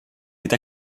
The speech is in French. été